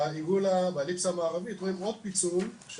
ובעיגול או אליפסה מערבית אנחנו רואים עוד פיצול של